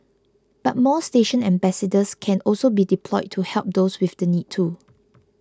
but more station ambassadors can also be deployed to help those with the need too